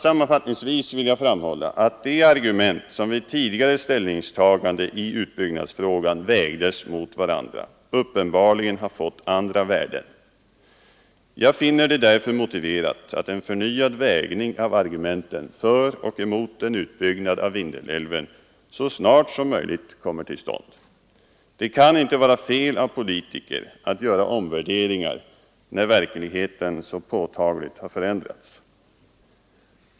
Sammanfattningsvis vill jag framhålla att de argument som vid tidigare ställningstaganden i utbyggnadsfrågan vägdes mot varandra uppenbarligen har fått andra värden. Jag finner det därför motiverat att en förnyad vägning av argumenten för och emot en utbyggnad av Vindelälven så snart som möjligt kommer till stånd. Det kan inte vara fel av politiker att göra omvärderingar när verkligheten så påtagligt har förändrats.